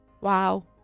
wow